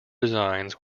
designs